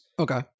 Okay